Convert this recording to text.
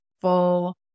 full